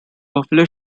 buffalo